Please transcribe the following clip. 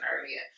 earlier